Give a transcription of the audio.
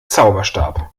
zauberstab